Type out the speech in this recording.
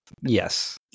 Yes